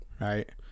right